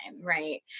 right